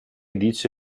dice